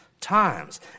times